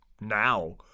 now